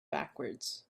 backwards